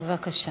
בבקשה.